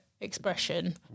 expression